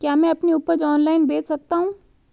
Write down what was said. क्या मैं अपनी उपज ऑनलाइन बेच सकता हूँ?